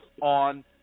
on